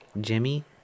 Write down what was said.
Jimmy